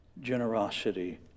generosity